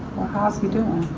well how's he doing?